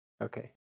Okay